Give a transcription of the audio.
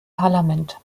parlament